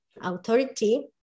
authority